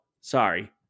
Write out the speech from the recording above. Sorry